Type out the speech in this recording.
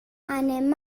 anem